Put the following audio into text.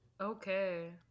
okay